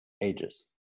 ages